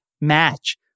match